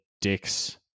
dicks